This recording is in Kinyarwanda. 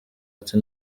ati